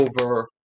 over